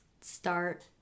start